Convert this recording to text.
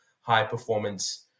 high-performance